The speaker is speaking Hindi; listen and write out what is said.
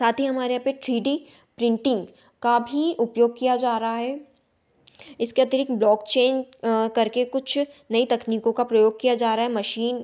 साथ ही हमारे यहाँ पे थ्री डी प्रिंटिंग का भी उपयोग किया ज़ा रहा है इसके अतरिक्त ब्लोगचेन करके कुछ नई तकनीकों का प्रयोग किया जा रहा है मशीन